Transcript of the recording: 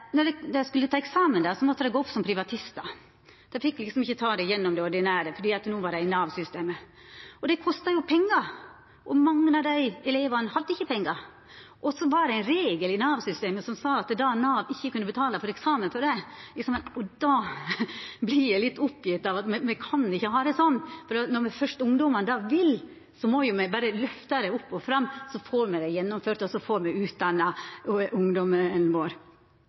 når dei skulle ta eksamen, måtte dei gå opp som privatistar. Dei fekk ikkje ta det gjennom det ordinære løpet fordi dei no var i Nav-systemet, og det kostar jo pengar, og mange av desse elevane hadde ikkje pengar. Så var det ein regel i Nav-systemet som sa at Nav ikkje kunne betala for eksamen for desse. Då vert eg litt oppgitt, for me kan ikkje ha det sånn. Når ungdomen først vil, så må me jo berre løfta dei opp og fram, slik at det vert gjennomført og me får utdanna ungdomen vår.